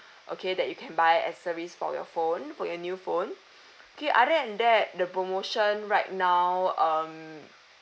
okay that you can buy accessories for your phone for your new phone okay other than that the promotion right now um